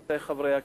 עמיתי חברי הכנסת,